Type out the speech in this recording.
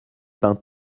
pain